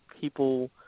people